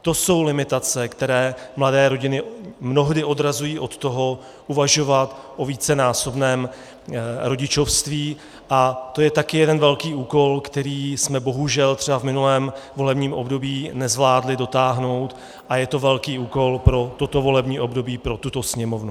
To jsou limitace, které mladé rodiny mnohdy odrazují od toho uvažovat o vícenásobném rodičovství, a to je také jeden velký úkol, který jsme bohužel třeba v minulém volebním období nezvládli dotáhnout, a je to velký úkol pro toto volební období, pro tuto Sněmovnu.